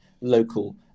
local